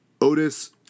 Otis